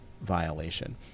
violation